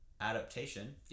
adaptation